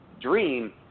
dream